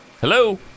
hello